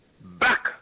back